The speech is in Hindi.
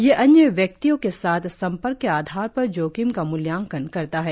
यह अन्य व्यक्तियों के साथ सम्पर्क के आधार पर जोखिम का मूल्यांकन करता है